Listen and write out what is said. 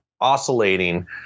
oscillating